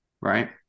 Right